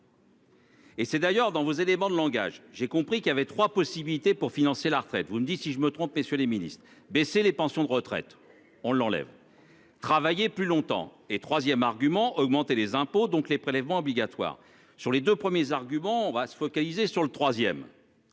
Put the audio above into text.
Et c'est d'ailleurs dans vos éléments de langage. J'ai compris qu'il avait 3 possibilités pour financer la retraite vous me dites si je me trompe, messieurs les Ministres baisser les pensions de retraite on l'enlève. Travailler plus longtemps et 3ème argument augmenter les impôts donc les prélèvements obligatoires sur les deux premiers arguments, on va se focaliser sur le 3ème.